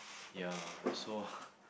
ya so